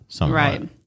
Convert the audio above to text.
Right